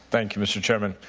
thank you, mr. chairman.